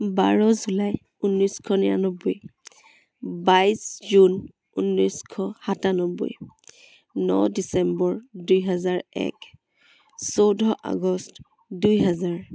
বাৰ July ঊনৈছশ নিৰান্নব্বৈ বাইছ জুন ঊনৈছশ সাতান্নব্বৈ ন ডিচেম্বৰ দুহেজাৰ এক চৈধ্য় আগষ্ট দুহাজাৰ